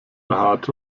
behaart